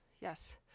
yes